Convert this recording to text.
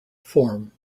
form